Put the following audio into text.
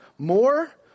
More